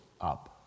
up